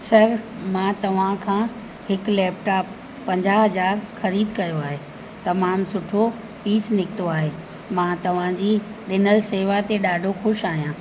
sir मां तव्हां खां हिकु लैपटॉप पंजाह हज़ार ख़रीद कयो आहे तमामु सुठो पीस निकितो आहे मां तव्हांजी हिन सेवा ते ॾाढो ख़ुशि आहियां